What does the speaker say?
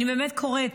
אני קוראת